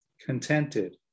contented